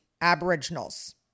aboriginals